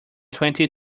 twenty